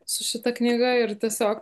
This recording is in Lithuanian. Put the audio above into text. su šita knyga ir tiesiog